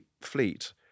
fleet